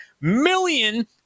million